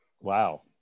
wow